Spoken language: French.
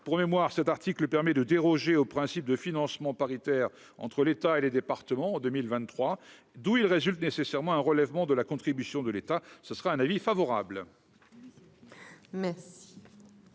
pour mémoire cet article permet de déroger au principe de financement paritaire entre l'État et les départements en 2023, d'où il résulte nécessairement un relèvement de la contribution de l'État, ce sera un avis favorable. Merci.